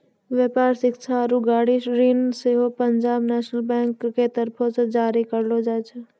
व्यापार, शिक्षा आरु गाड़ी ऋण सेहो पंजाब नेशनल बैंक के तरफो से जारी करलो जाय छै